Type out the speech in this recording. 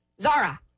Zara